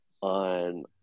on